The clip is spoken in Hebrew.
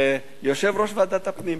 ויושב-ראש ועדת הפנים.